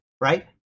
right